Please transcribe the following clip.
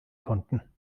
konnten